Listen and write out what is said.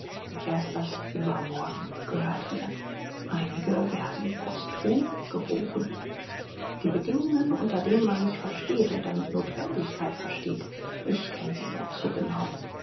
erst das übermorgen gehört mir einige werden posthum geboren die bedingungen unter denen man mich versteht und dann mit nothwendigkeit versteht ich kenne sie nur zu genau